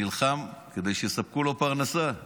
הוא נלחם כדי שיספקו לו פרנסה.